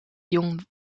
jong